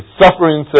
suffering